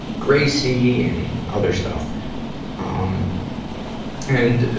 gracie and other stuff. um and,